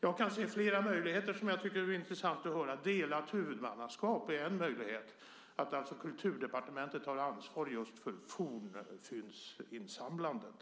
Jag kan se flera möjligheter som det vore intressant att höra kulturministerns åsikt om. Delat huvudmannaskap är en möjlighet, alltså att Kulturdepartementet tar ansvar just för fornfyndsinsamlandet.